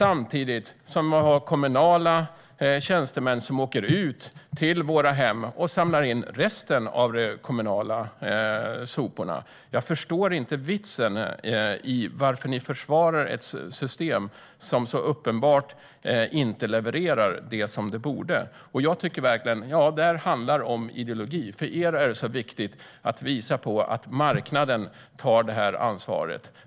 Samtidigt har vi kommunala tjänstemän som åker ut till våra hem och samlar in resten av de kommunala soporna. Jag förstår inte vitsen. Varför försvarar ni ett system som så uppenbart inte levererar det som det borde? Detta handlar verkligen om ideologi. För er är det viktigt att visa att marknaden tar ansvar.